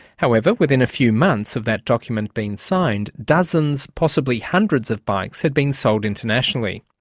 however, within a few months of that document being signed, dozens, possibly hundreds of bikes, had been sold internationally.